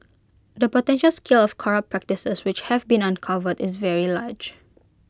the potential scale of corrupt practices which have been uncovered is very large